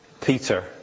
Peter